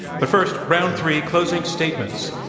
but first, round three, closing statements.